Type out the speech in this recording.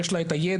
יש לה את הידע,